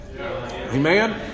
Amen